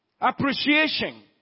Appreciation